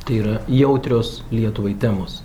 tai yra jautrios lietuvai temos